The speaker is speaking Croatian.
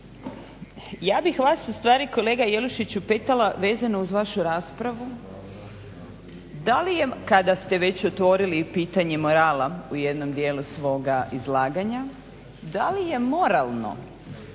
Ja bih vas ustvari kolega Jelušiću pitala vezno uz vašu raspravu kada ste već otvorili pitanje morala u jednom dijelu svoga izlaganja, da li je moralno